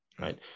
right